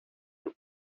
two